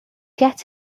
get